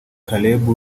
caleb